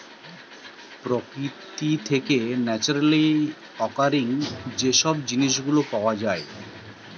প্রকৃতি থেকে naturally occurring যে সব জিনিস গুলা পাওয়া যায়